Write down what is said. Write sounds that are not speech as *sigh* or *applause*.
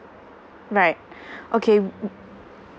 right *breath* okay